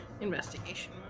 investigation